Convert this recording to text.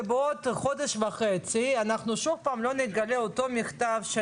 שבעוד חודש וחצי לא נגלה שוב את אותו מכתב של